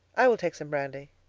i will take some brandy,